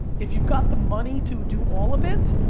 if you've got the money to do all of it,